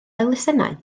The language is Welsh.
elusennau